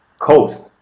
coast